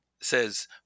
says